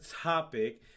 topic